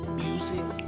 music